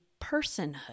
personhood